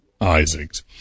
Isaac's